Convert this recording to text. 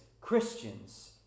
Christians